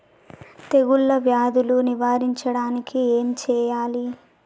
తెగుళ్ళ వ్యాధులు నివారించడానికి ఏం చేయాలి?